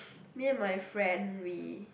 me and my friend we